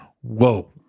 whoa